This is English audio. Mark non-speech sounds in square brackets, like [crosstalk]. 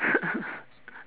[laughs]